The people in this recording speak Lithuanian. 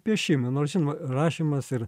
piešime nors rašymas ir